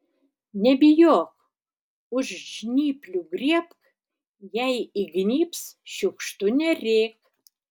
nebijok už žnyplių griebk jei įgnybs šiukštu nerėk